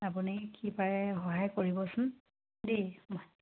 আপুনি কি পাৰে সহায় কৰিবচোন দেই